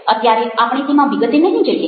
અત્યારે આપણે તેમાં વિગતે નહિ જઈએ